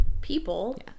people